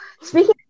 speaking